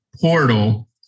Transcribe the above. portal